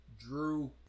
Drew